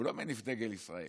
הוא לא מניף דגל ישראל.